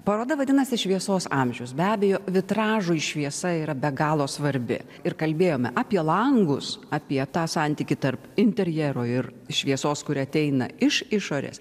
paroda vadinasi šviesos amžius be abejo vitražui šviesa yra be galo svarbi ir kalbėjome apie langus apie tą santykį tarp interjero ir šviesos kuri ateina iš išorės